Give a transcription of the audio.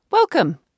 Welcome